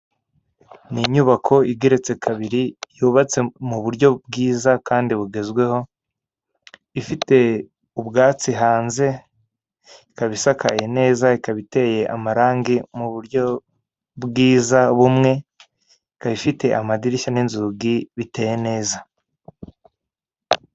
Ni inyubako igeretse kabiri yubatse mu buryo bwiza kandi bugezweho, ifite ubwatsi hanze, ikaba isakaye neza ikaba iteye amarangi mu buryo bwiza bumwe, ikaba ifite amadirishya n'inzugi biteye neza.